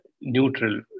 neutral